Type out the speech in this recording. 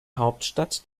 hauptstadt